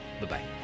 Bye-bye